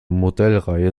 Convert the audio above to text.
modellreihe